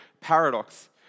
paradox